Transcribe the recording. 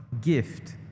gift